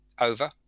over